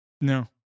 No